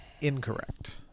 Incorrect